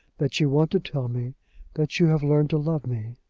that you want to tell me that you have learned to love me.